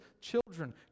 children